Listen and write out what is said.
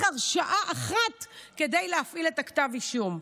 הרשעה אחת כדי להפעיל את כתב האישום.